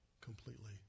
completely